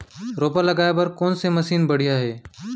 रोपा लगाए बर कोन से मशीन बढ़िया हे?